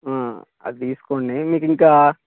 అది తీసుకోండి మీకు ఇంకా